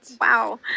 Wow